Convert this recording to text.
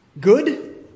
Good